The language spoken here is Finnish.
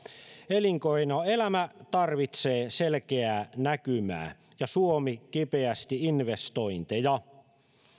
elinkeinoelämä tarvitsee selkeää näkymää ja suomi kipeästi investointeja